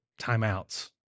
timeouts